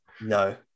No